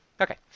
Okay